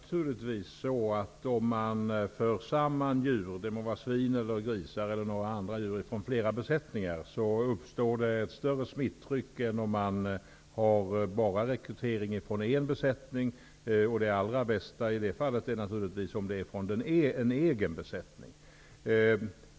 Herr talman! Om man för samman djur -- det må vara grisar eller andra djur -- uppstår ett större tryck även om man har rekrytering bara från en besättning. Det allra bästa i detta fall är naturligtvis om rekrytering sker från en egen besättning.